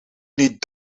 niet